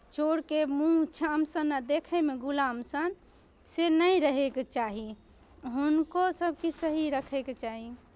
चोरके मूँह चान सन आ देखयमे गुलाम सन से नहि रहयके चाही हुनको सभकिछु सही रखयके चाही